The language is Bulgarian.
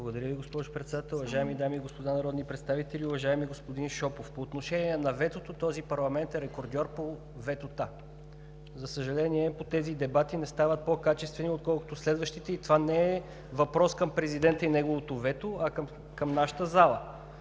Благодаря Ви, госпожо Председател. Уважаеми дами и господа народни представители! Уважаеми господин Шопов, по отношение на ветото този парламент е рекордьор по ветата. За съжаление, тези дебати не стават по качествени, отколкото следващите и това не е въпрос към президента и неговото вето, а към нашата зала.